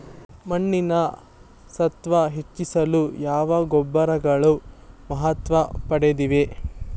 ಮಣ್ಣಿನ ಸತ್ವ ಹೆಚ್ಚಿಸಲು ಯಾವ ಗೊಬ್ಬರಗಳು ಮಹತ್ವ ಪಡೆದಿವೆ?